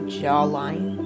jawline